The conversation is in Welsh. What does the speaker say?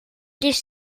does